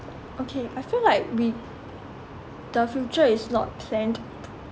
okay I feel like we the future is not planned